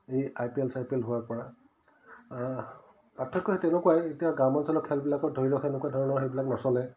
এই I P L C P L হোৱাৰ পৰা পাৰ্থক্য তেনেকুৱা এতিয়া গ্ৰাম্যাঞ্চলৰ খেলবিলাকত ধৰি লওক তেনেকুৱা ধৰণৰ সেইবিলাক নচলে